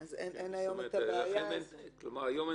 אין היום הבעיה הזאת.